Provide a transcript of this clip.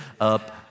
up